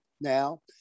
now